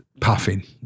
puffing